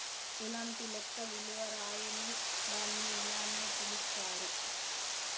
ఎలాంటి లెక్క విలువ రాయని దాన్ని ఇలానే పిలుత్తారు